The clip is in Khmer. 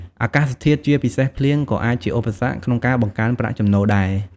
អាកាសធាតុ ជាពិសេសភ្លៀង ក៏អាចជាឧបសគ្គក្នុងការបង្កើនប្រាក់ចំណូលដែរ។